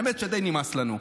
האמת שדי נמאס לנו.